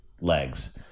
legs